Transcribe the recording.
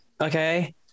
okay